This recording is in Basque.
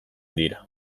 dira